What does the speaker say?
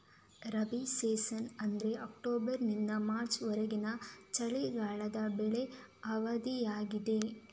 rabi season ಎಂದರೆ ಅಕ್ಟೋಬರಿನಿಂದ March ವರೆಗಿನ ಚಳಿಗಾಲದ ಬೆಳೆ ಅವಧಿಯಾಗಿದೆ